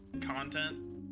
content